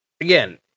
again